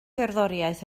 gerddoriaeth